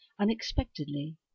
unexpectedly